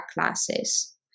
classes